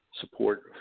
support